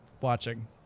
watching